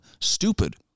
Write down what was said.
stupid